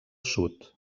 sud